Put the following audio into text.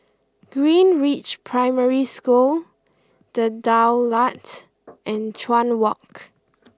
Greenridge Primary School The Daulat and Chuan Walk